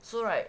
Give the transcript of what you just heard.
so right